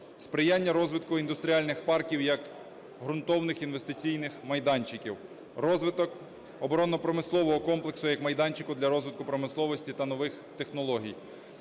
сприяння розвитку індустріальних парків як ґрунтовних інвестиційних майданчиків; розвиток оборонно-промислового комплексу як майданчику для розвитку промисловості та нових технологій;